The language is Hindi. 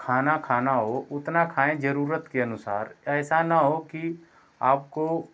खाना खाना हो उतना खाएँ जरूरत के अनुसार ऐसा न हो कि आपको